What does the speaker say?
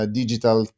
digital